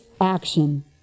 action